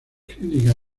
críticas